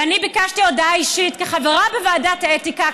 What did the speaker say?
ואני ביקשתי הודעה אישית כחברה בוועדת האתיקה,